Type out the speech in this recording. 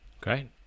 Great